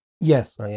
Yes